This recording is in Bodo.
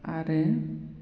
आरो